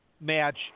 match